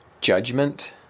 judgment